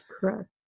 Correct